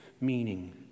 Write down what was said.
meaning